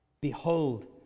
Behold